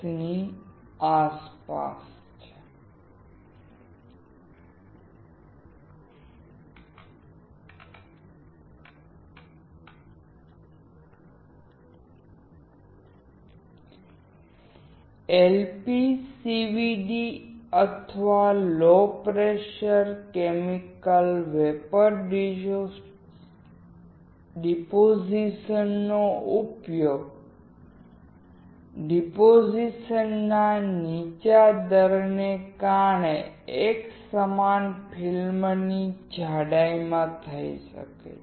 LPCVD અથવા low pressure chemical vapour ડિપોઝિશનનો ઉપયોગ ડિપોઝિશનના નીચા દરને કારણે એકસમાન ફિલ્મ જાડાઈમાં થઈ શકે છે